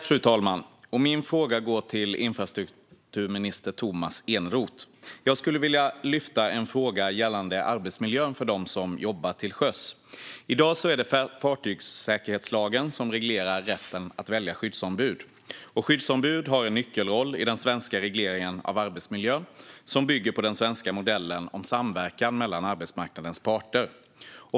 Fru talman! Min fråga går till infrastrukturminister Tomas Eneroth. Jag vill lyfta upp en fråga gällande arbetsmiljön för dem som jobbar till sjöss. I dag är det fartygssäkerhetslagen som reglerar rätten att välja skyddsombud. Skyddsombuden har en nyckelroll i den svenska regleringen av arbetsmiljön, som bygger på den svenska modellen om samverkan mellan arbetsmarknadens parter.